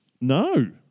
No